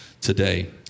today